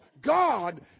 God